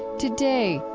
today,